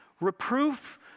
reproof